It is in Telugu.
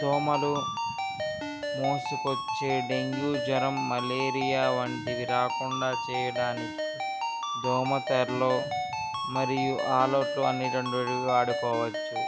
దోమలు మోసుకొచ్చే డెంగూ జ్వరం మలేరియా వంటివి రాకుండా చేయాడానికి దోమ తెరలు మరియు ఆల్ అవుట్ అనే రెండిటినీ వాడుకోవచ్చు